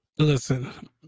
Listen